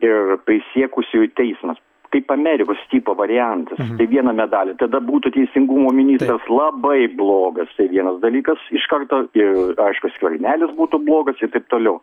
ir prisiekusiųjų teismas kaip amerikos tipo variantas tai vieną medalį tada būtų teisingumo ministras labai blogas tai vienas dalykas iš karto ir aišku skvernelis būtų blogas ir taip toliau